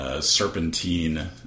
serpentine